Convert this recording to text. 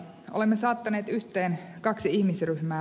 olemme saattaneet yhteen kaksi ihmisryhmää